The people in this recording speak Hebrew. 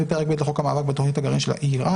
א' בפרק ב' לחוק המאבק בתכנית הגרעין של איראן,